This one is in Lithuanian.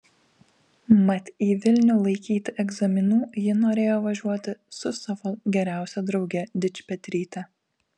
mat į vilnių laikyti egzaminų ji norėjo važiuoti su savo geriausia drauge dičpetryte